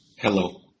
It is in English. Hello